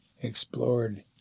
explored